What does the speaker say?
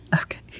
Okay